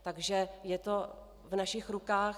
Takže je to v našich rukách.